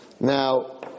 Now